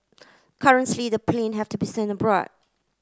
currently the plane have to be sent abroad